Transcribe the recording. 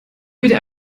wieder